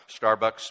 Starbucks